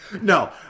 No